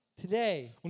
Today